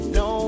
no